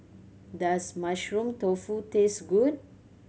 does Mushroom Tofu taste good